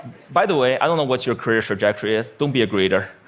by the way, i don't know what your career trajectory is, don't be a greeter.